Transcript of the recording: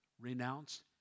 renounce